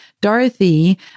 Dorothy